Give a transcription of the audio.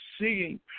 seeing